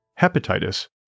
hepatitis